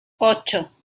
ocho